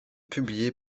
publié